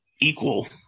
equal